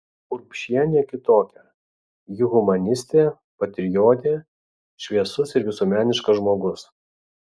urbšienė kitokia ji humanistė patriotė šviesus ir visuomeniškas žmogus